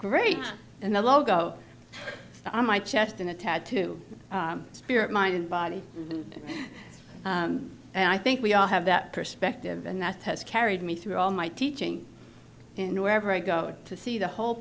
great and the logo on my chest in a tattoo spirit mind body and i think we all have that perspective and that has carried me through all my teaching and wherever i go to see the whole